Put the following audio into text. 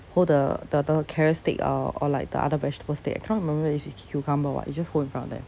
hold the the the carrot stick or or like the other vegetable stick I cannot remember if it's cucumber or what you just hold in front of them